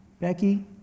Becky